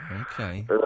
Okay